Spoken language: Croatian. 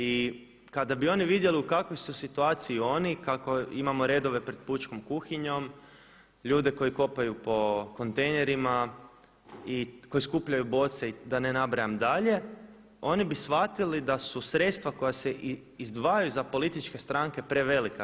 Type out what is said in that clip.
I kada bi oni vidjeli u kakvoj su situaciji oni, kako imamo redove pred pučkom kuhinjom, ljude koji kopaju po kontejnerima i koji skupljaju boce i da ne nabrajam dalje, oni su shvatili da su sredstva koja se izdvajaju za političke stranke prevelika.